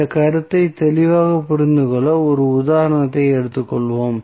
இந்த கருத்தை தெளிவாக புரிந்து கொள்ள ஒரு உதாரணத்தை எடுத்துக்கொள்வோம்